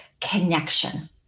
connection